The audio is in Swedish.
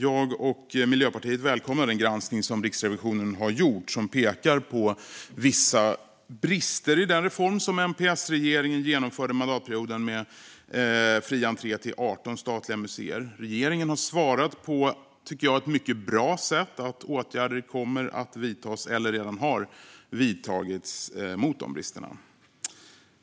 Jag och Miljöpartiet välkomnar den granskning som Riksrevisionen har gjort och som pekar på vissa brister i den reform som MP-S-regeringen genomförde förra mandatperioden med fri entré till 18 statliga museer. Regeringen har på ett mycket bra sätt svarat att åtgärder kommer att vidtas eller redan har vidtagits mot dessa brister.